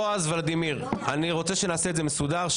בועז וולדימיר, אני רוצה שנעשה את זה מסודר.